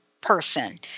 person